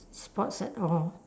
sports at all